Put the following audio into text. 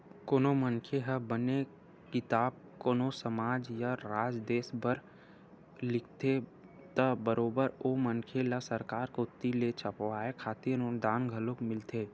कोनो मनखे ह बने किताब कोनो समाज या राज देस बर लिखथे त बरोबर ओ मनखे ल सरकार कोती ले छपवाय खातिर अनुदान घलोक मिलथे